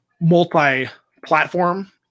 multi-platform